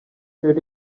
did